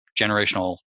generational